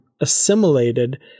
assimilated